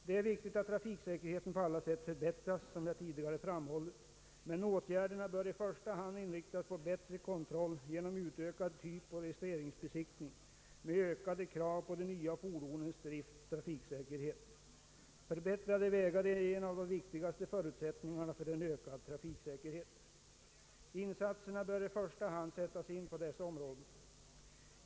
Det är viktigt att trafiksäkerheten på allt sätt förbättras, som jag tidigare framhållit, men åtgärderna bör i första hand inriktas på bättre kontroll genom utökad typoch registreringsbesiktning med ökade krav på de nya fordonens driftoch trafiksäkerhet. Förbättrade vägar är en av de viktigaste förutsättningarna för en ökad trafiksäkerhet. Insatserna bör i första hand sättas in på dessa områden.